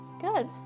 Good